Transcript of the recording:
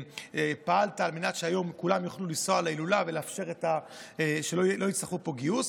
שפעלת על מנת שכולם יוכלו לנסוע להילולה היום ולא יצטרכו פה גיוס.